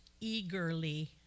eagerly